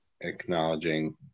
acknowledging